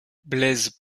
blaise